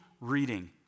reading